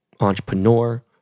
entrepreneur